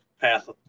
path